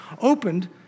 opened